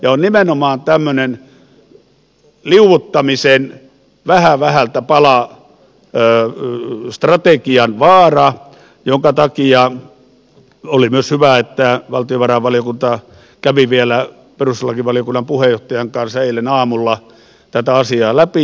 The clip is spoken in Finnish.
on nimenomaan tämmöinen liuuttamisen vähä vähältä pala strategian vaara minkä takia oli myös hyvä että valtiovarainvaliokunta kävi vielä perustuslakivaliokunnan puheenjohtajan kanssa eilen aamulla tätä asiaa läpi